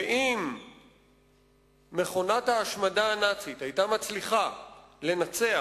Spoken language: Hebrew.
אם מכונת ההשמדה הנאצית היתה מצליחה לנצח,